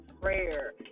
prayer